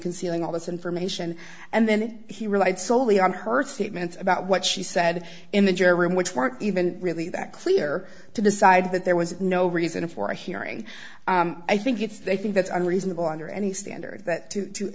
concealing all this information and then he relied solely on her statements about what she said in the jury room which weren't even really that clear to decide that there was no reason for a hearing i think if they think that's unreasonable under any standard that to to